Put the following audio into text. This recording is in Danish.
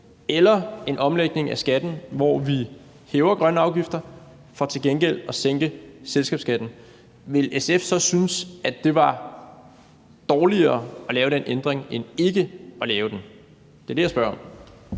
eller en omlægning af skatten, hvor vi hæver grønne afgifter for til gengæld at sænke selskabsskatten, vil SF så synes, at det var dårligere at lave den ændring end ikke at lave den? Det er det, jeg spørger om.